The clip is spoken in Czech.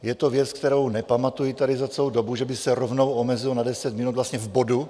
Je to věc, kterou nepamatuji tady za celou dobu, že by se rovnou omezilo na deset minut vlastně v bodu.